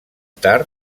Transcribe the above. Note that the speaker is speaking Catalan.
tard